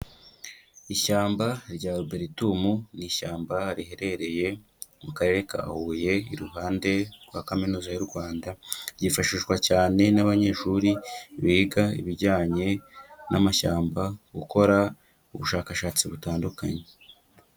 Ishyamba rya Arboretum ni ishyamba riherereye mu Karere ka Huye, iruhande rwa Kaminuza y'u Rwanda, ryifashishwa cyane n'abanyeshuri biga ibijyanye n'amashyamba, gukora ubushakashatsi butandukanye.